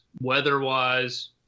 weather-wise